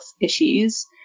issues